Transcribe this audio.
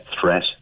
threat